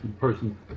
person